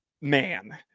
man